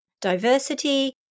diversity